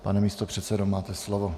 Pane místopředsedo, máte slovo.